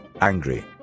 angry